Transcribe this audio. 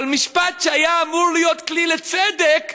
אבל משפט שהיה אמור להיות כלי לצדק